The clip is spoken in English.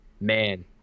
man